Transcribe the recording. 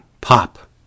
Pop